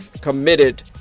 committed